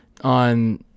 on